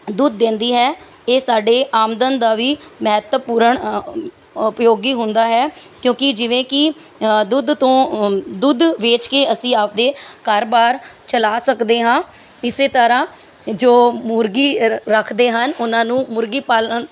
ਦੁੱਧ ਦਿੰਦੀ ਹੈ ਇਹ ਸਾਡੇ ਆਮਦਨ ਦਾ ਵੀ ਮਹੱਤਵਪੂਰਨ ਉਪਯੋਗੀ ਹੁੰਦਾ ਹੈ ਕਿਉਂਕਿ ਜਿਵੇਂ ਕਿ ਦੁੱਧ ਤੋਂ ਦੁੱਧ ਵੇਚ ਕੇ ਅਸੀਂ ਆਪਣੇ ਘਰ ਬਾਰ ਚਲਾ ਸਕਦੇ ਹਾਂ ਇਸ ਤਰ੍ਹਾਂ ਜੋ ਮੁਰਗੀ ਰ ਰੱਖਦੇ ਹਨ ਉਹਨਾਂ ਨੂੰ ਮੁਰਗੀ ਪਾਲਣ